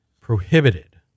prohibited